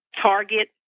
target